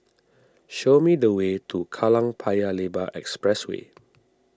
show me the way to Kallang Paya Lebar Expressway